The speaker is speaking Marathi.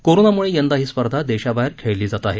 कोरोनामुळे यंदा ही स्पर्धा देशाबाहेर खेळली जात आहे